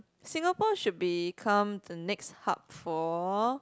Singapore should become the next hub for